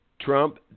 Trump